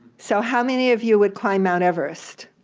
so how many of you would climb mount everest?